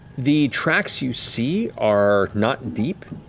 the tracks you see are not deep,